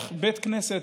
איך בבית כנסת,